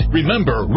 Remember